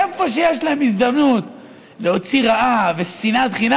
איפה שיש להם הזדמנות להוציא רעה ושנאת חינם,